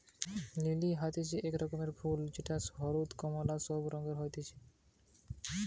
lily হতিছে এক রকমের ফুল যেটা হলুদ, কোমলা সব রঙে হতিছে